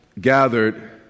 gathered